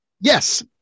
Yes